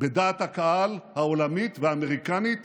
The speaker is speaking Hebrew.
בדעת הקהל העולמית והאמריקנית